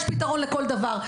יש פתרון לכל דבר.